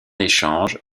échange